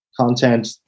content